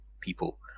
people